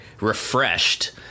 refreshed